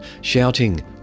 shouting